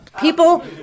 People